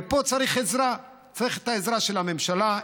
ופה צריך עזרה, צריך את העזרה של הממשלה.